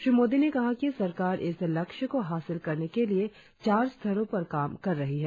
श्री मोदी ने कहा कि सरकार इस लक्ष्य को हासिल करने के लिए चार स्तरों पर काम कर रही है